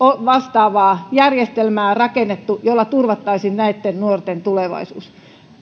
vastaavaa järjestelmää rakennettu jolla turvattaisiin näitten nuorten tulevaisuus